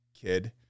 kid